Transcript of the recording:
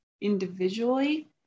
individually